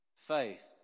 faith